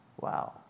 wow